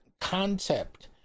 concept